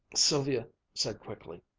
sylvia said quickly,